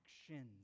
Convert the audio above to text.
Actions